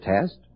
test